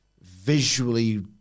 visually